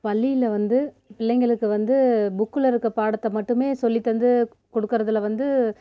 பள்ளியில் வந்து பிள்ளைங்களுக்கு வந்து புக்கில் இருக்க பாடத்தை மட்டுமே சொல்லித் தந்து கொடுக்கறதுல வந்து